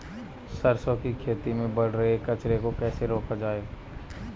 सरसों की खेती में बढ़ रहे कचरे को कैसे रोका जाए?